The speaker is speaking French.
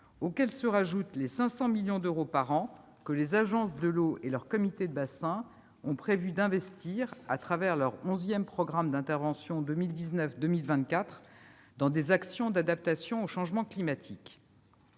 laquelle s'ajoutent les 500 millions d'euros par an que les agences de l'eau et leurs comités de bassin ont prévu d'investir à travers leur onzième programme d'intervention 2019-2024 dans des actions d'adaptation au changement climatique.